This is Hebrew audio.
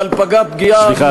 אבל פגע פגיעה אנושה סליחה,